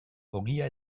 ogia